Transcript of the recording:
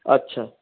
আচ্ছা